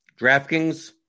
DraftKings